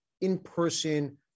in-person